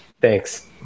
Thanks